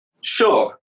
Sure